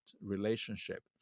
relationship